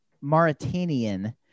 Mauritanian